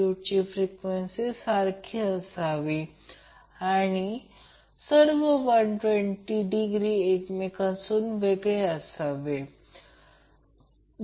तर Zg 10 j 20 आणि j 20 होते म्हणून ZLZg conjugate जे 10 j 20 असेल